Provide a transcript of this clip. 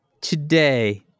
Today